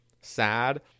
sad